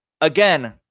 again